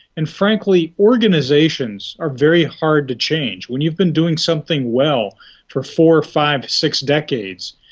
and frankly, organisations are very hard to change. when you've been doing something well for four, five, six decades,